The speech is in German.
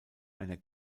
einer